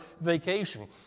vacation